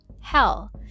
Hell